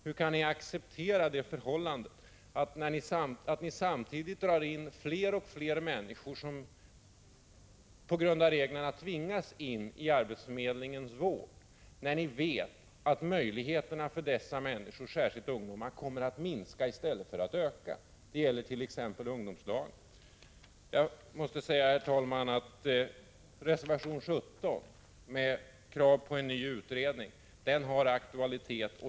Hur kan ni acceptera det förhållandet att fler och fler människor på grund av nuvarande regler tvingas in i arbetsförmedlingens vård, när ni vet att möjligheterna för dessa människor, särskilt för ungdomarna, kommer att minska i stället för att öka? Det gäller t.ex. ungdomslagen. Reservation 17, där vi ställer krav på en ny utredning om arbetsmarknadsverket och arbetsmarknadspolitiken, har aktualitet.